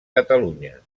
catalunya